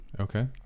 Okay